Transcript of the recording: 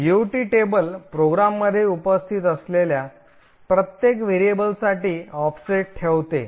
GOT table प्रोग्राममधे उपस्थित असलेल्या प्रत्येक व्हेरिएबलसाठी ऑफसेट ठेवते